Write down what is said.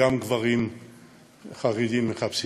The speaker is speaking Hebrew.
גם גברים חרדים מחפשים.